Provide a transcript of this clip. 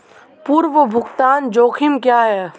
पूर्व भुगतान जोखिम क्या हैं?